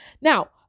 Now